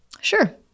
Sure